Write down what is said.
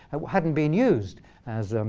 it hadn't been used as